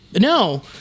No